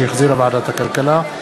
שהחזירה ועדת הכלכלה.